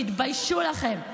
תתביישו לכם.